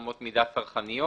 אמות מידה צרכניות.